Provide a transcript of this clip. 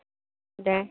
दे